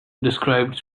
described